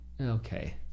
okay